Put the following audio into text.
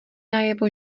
najevo